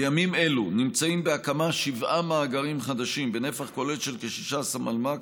בימים אלו נמצאים בהקמה שבעה מאגרים חדשים בנפח כולל של כ-16 מלמ"ק,